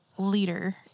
leader